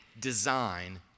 design